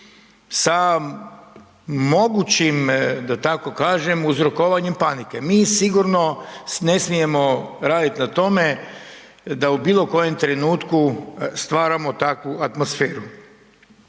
sa mogućim da tako kažem uzrokovanjem panike. Mi sigurno ne smijemo raditi na tome da u bilo kojem trenutku stvaramo takvu atmosferu.